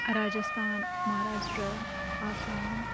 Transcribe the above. Rajasthan Maharashtra Assam